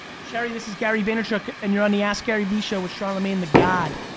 sherry this is gary vaynerchuk and you're on the askgaryvee show with charlamagne tha god.